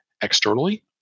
externally